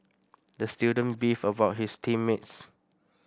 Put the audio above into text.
the student beefed about his team mates